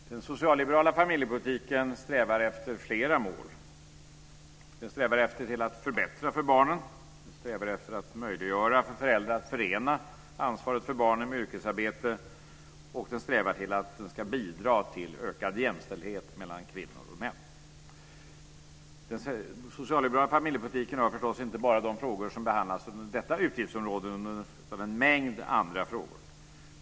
Fru talman! Den socialliberala familjepolitiken strävar mot flera mål. Den strävar efter att förbättra för barnen. Den strävar efter att möjliggöra för föräldrar att förena ansvaret för barnen med yrkesarbete, och den strävar efter att bidra till ökad jämställdhet mellan kvinnor och män. Den socialliberala familjepolitiken rör förstås inte bara de frågor som behandlas under detta utgiftsområde utan rör också en mängd andra frågor.